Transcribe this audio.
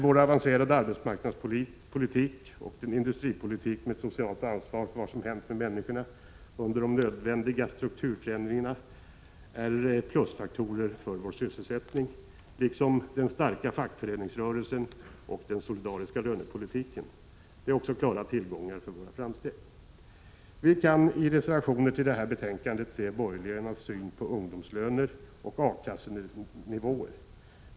Vår avancerade arbetsmarknadspolitik och en industripolitik med socialt ansvar för vad som hänt med människorna under de nödvändiga strukturförändringarna är plusfaktorer för vår sysselsättning, liksom den starka fackföreningsrörelsen och den solidariska lönepolitiken. Detta är klara tillgångar när det gäller våra framsteg. Av reservationer till utskottsbetänkandet framgår den borgerliga synen på ungdomslöner och A-kassenivåer.